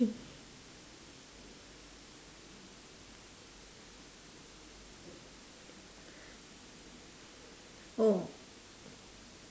oh